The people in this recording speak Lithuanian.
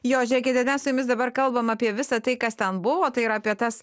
jo žiūrėkite mes su jumis dabar kalbam apie visa tai kas ten buvo tai yra apie tas